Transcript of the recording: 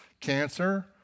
Cancer